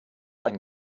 ein